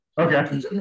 okay